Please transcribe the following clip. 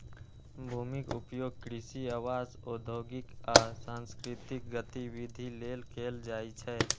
भूमिक उपयोग कृषि, आवास, औद्योगिक आ सांस्कृतिक गतिविधि लेल कैल जाइ छै